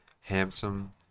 handsome